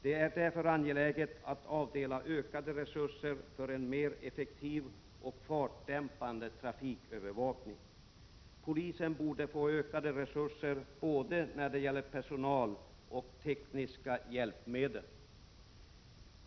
Det är därför angeläget att avdela ökade resurser för en mer effektiv och fartdämpande trafikövervakning. Polisen borde få ökade resurser när det gäller både personal och tekniska hjälpmedel.